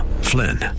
Flynn